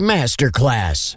Masterclass